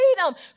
freedom